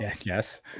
yes